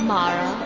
Mara